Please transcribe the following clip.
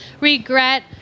regret